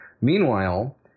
Meanwhile